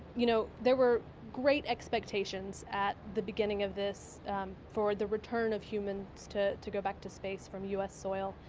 you know there were great expectations at the beginning of this for the return of humans to to go back to space from u s. soil,